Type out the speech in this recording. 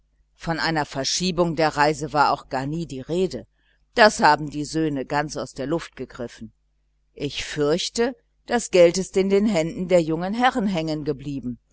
von einer verschiebung der reise war auch gar nie die rede das haben die söhne ganz aus der luft gegriffen ich fürchte das geld ist in den händen der jungen herrn hängen